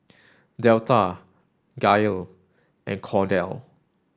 Delta Gayle and Kordell